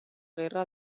guerra